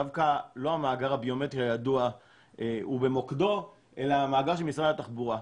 דווקא לא המאגר הביומטרי הידוע ובמוקדו אלא במאגר של משרד התחבורה,